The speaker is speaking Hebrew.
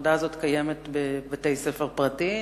ההפרדה הזאת קיימת בבתי-ספר פרטיים,